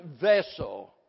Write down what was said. vessel